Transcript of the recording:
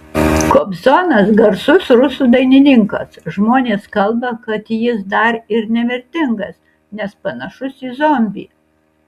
kobzonas garsus rusų dainininkas žmonės kalba kad jis dar ir nemirtingas nes panašus į zombį